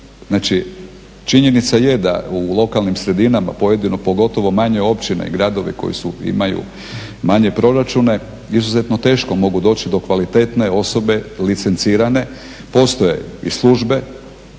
znači činjenica je da u lokalnim sredinama pogotovo manje općine i gradovi koji imaju manje proračune izuzetno teško mogu doći do kvalitetne osobe licencirane, postoje i službe